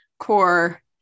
core